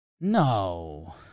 No